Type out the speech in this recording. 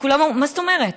כי כולם אמרו: מה זאת אומרת,